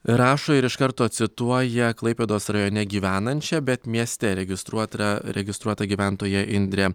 rašo ir iš karto cituoja klaipėdos rajone gyvenančią bet mieste registruotą registruotą gyventoją indrę